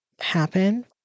happen